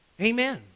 Amen